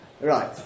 right